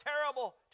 terrible